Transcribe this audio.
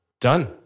Done